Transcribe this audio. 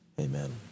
Amen